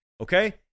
okay